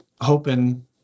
hoping